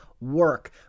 work